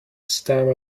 stand